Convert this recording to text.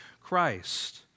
Christ